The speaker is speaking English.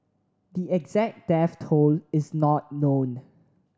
the exact death toll is not known